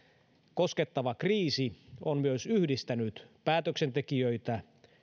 koskettava kriisi on myös yhdistänyt päätöksentekijöitä